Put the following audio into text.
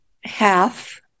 half